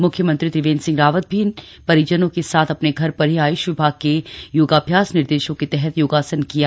मुख्यमंत्री त्रिवेंद्र रावत ने भी परिजनों के साथ अपने घर पर ही आयुष विभाग के योगाभ्यास निर्देशों के तहत योगासन किए